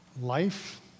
life